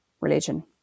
religion